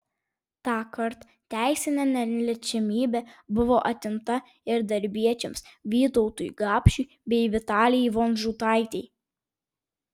tąkart teisinė neliečiamybė buvo atimta ir darbiečiams vytautui gapšiui bei vitalijai vonžutaitei